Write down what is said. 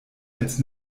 als